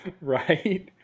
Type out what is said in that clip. Right